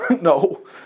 No